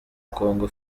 kongo